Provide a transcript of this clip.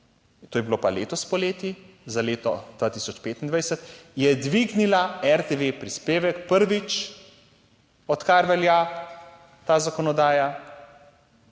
to je bilo pa letos poleti, za leto 2025, je dvignila RTV prispevek prvič, odkar velja ta zakonodaja